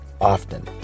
often